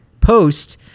Post